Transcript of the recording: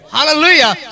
Hallelujah